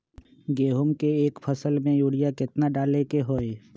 गेंहू के एक फसल में यूरिया केतना डाले के होई?